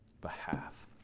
behalf